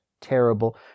terrible